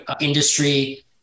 industry